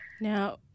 Now